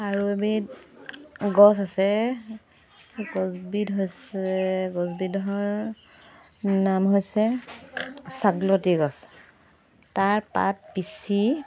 আৰু এবিধ গছ আছে গছবিধ হৈছে গছবিধৰ নাম হৈছে ছাগলতী গছ তাৰ পাত পিচি